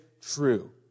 true